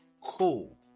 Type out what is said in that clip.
cool